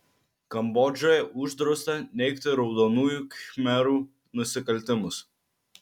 kambodžoje uždrausta neigti raudonųjų khmerų nusikaltimus